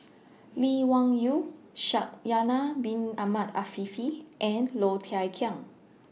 Lee Wung Yew Shaikh Yahya Bin Ahmed Afifi and Low Thia Khiang